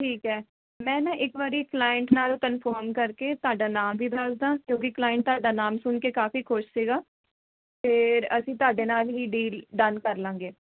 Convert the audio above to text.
ਠੀਕ ਹੈ ਮੈਂ ਨਾ ਇੱਕ ਵਾਰੀ ਕਲਾਇੰਟ ਨਾਲ ਕਨਫਰਮ ਕਰਕੇ ਤੁਹਾਡਾ ਨਾਮ ਵੀ ਦੱਸਦਾ ਕਿਉਂਕਿ ਕਲਾਇੰਟ ਤੁਹਾਡਾ ਨਾਮ ਸੁਣ ਕੇ ਕਾਫੀ ਖੁਸ਼ ਸੀਗਾ ਅਤੇ ਅਸੀਂ ਤੁਹਾਡੇ ਨਾਲ ਹੀ ਡੀਲ ਡਨ ਕਰ ਲਾਂਗੇ